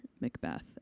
Macbeth